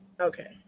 Okay